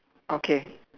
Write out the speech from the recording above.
okay